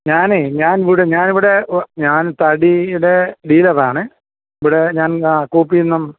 ഞാൻ ഞാൻ ഇവിടെ ഞാൻ ഇവിടെ ഞാൻ തടിയുടെ ഡീലറാണ് ഇവിടെ ഞാൻ ആ കൂപ്പിയിൽ നിന്നും